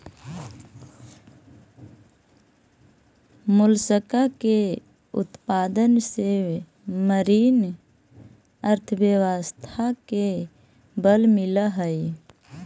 Mollusca के उत्पादन से मरीन अर्थव्यवस्था के बल मिलऽ हई